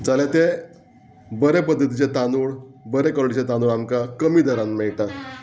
जाल्यार ते बरे पद्दतीचे तांदूळ बरे कॉलेटीचे तांदूळ आमकां कमी दरान मेळटा